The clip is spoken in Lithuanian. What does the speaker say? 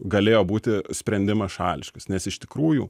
galėjo būti sprendimas šališkas nes iš tikrųjų